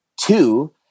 Two